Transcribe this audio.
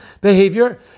behavior